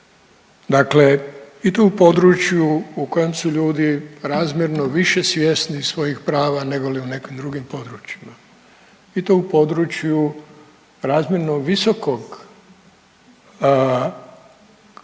dakle i to u području u kojem su ljudi razmjerno više svjesni svojih prava negoli u nekim drugim područjima i to u području razmjerno visokog tipa